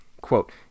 Quote